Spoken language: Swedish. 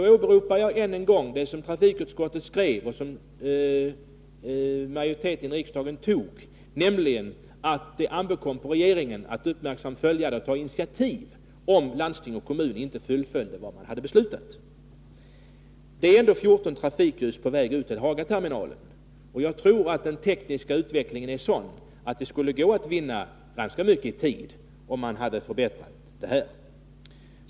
Jag åberopar ännu en gång det som trafikutskottet skrev och majoriteten i riksdagen antog, nämligen att det ankom på regeringen att uppmärksamt följa utvecklingen och ta initiativ, om landsting och kommun inte fullföljde vad vi hade beslutat. Det är ändå 14 trafikljus på vägut till Hagaterminalen. Jag tror att den tekniska utvecklingen är sådan att det skulle gå att vinna ganska mycket i tid om man förbättrade detta.